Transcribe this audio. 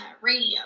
radio